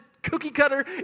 cookie-cutter